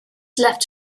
left